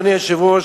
אדוני היושב-ראש,